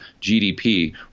GDP